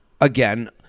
again